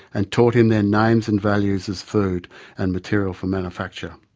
and taught him their names and values as food and material for manufacture.